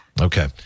okay